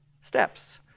steps